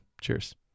Cheers